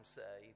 say